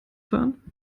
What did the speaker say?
fahren